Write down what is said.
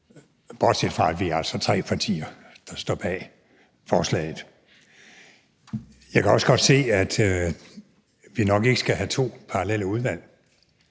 bortset fra at vi altså er tre partier, der står bag forslaget. Jeg kan også godt se, at vi nok ikke skal have to parallelle udvalg,